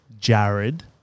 Jared